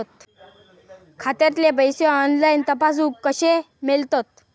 खात्यातले पैसे ऑनलाइन तपासुक कशे मेलतत?